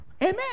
Amen